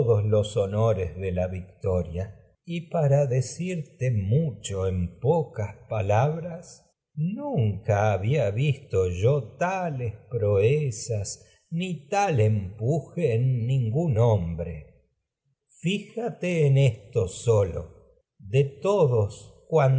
los honores de la victoria y en para visto decirte yo mucho pocas palabras nunca había tales proezas ni tal empuje en ningún hombre esto fíjate naron en sólo de todos